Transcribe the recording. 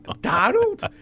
Donald